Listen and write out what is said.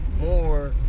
more